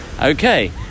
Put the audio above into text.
Okay